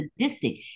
sadistic